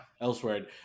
elsewhere